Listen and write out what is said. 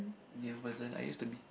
new person I used to be